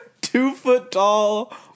two-foot-tall